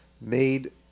made